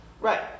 Right